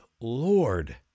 Lord